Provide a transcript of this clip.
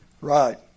Right